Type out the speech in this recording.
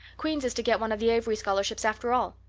queen's is to get one of the avery scholarships after all.